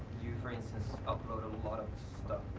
you for instance, upload a lot of stuff.